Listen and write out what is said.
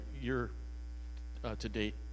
year-to-date